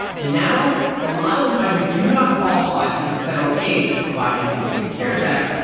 and now a lot of them either do not qualify for the federal aid that's provided in the recent cares act,